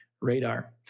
radar